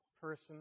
person